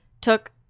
took